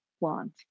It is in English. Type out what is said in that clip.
want